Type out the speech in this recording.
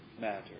matter